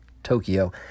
Tokyo